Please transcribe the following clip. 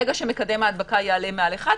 כשמקדם ההדבקה יעלה מעל 1,